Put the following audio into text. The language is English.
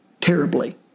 terribly